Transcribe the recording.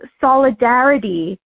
solidarity